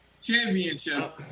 Championship